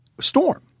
Storm